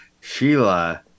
Sheila